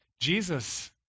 Jesus